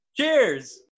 Cheers